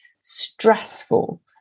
stressful